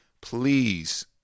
please